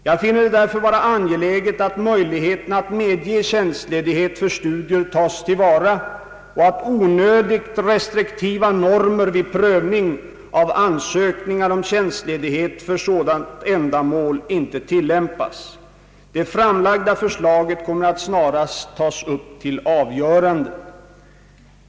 Jag finner det därför vara angeläget att möjligheterna att medge tjänstledighet för studier tas till vara och att onödigt restriktiva normer vid prövning av ansökningar om tjänstledighet för sådant ändamål inte tillämpas. Det framlagda förslaget kommer att snarast tas upp till avgörande.